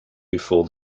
before